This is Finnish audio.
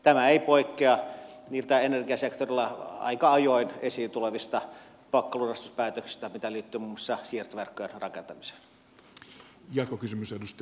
tämä ei poikkea niistä energiasektorilla aika ajoin esiin tulevista pakkolunastuspäätöksistä mitkä liittyvät muun muassa siirtoverkkojen rakentamiseen